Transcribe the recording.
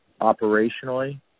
operationally